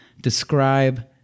describe